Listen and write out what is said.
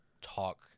talk